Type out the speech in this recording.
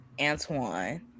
Antoine